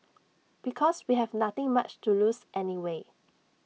because we have nothing much to lose anyway